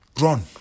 run